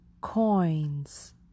coins